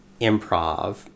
improv